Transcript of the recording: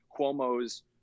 Cuomo's